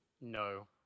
No